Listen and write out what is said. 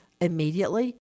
immediately